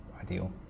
ideal